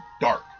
dark